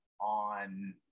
on